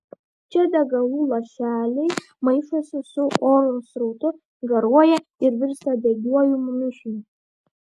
čia degalų lašeliai maišosi su oro srautu garuoja ir virsta degiuoju mišiniu